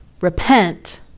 repent